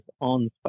on